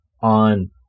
on